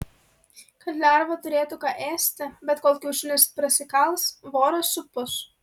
kad lerva turėtų ką ėsti bet kol kiaušinis prasikals voras supus